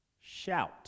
Shout